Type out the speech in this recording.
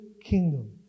Kingdom